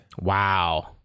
Wow